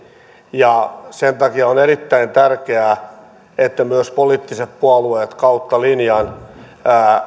ja sen takia on erittäin tärkeää että myös poliittiset puolueet kautta linjan